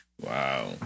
Wow